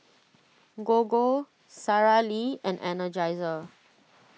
Gogo Sara Lee and Energizer